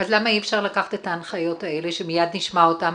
למה אי אפשר לקחת את ההנחיות האלה שמיד נשמע אותן,